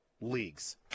leagues